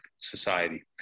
society